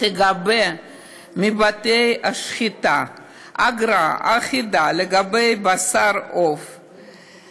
תיגבה מבתי-השחיטה אגרה אחידה לגבי בשר עוף שחוט.